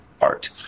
art